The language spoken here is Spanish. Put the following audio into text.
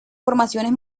formaciones